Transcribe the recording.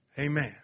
Amen